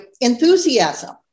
enthusiasm